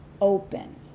open